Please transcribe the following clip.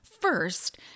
first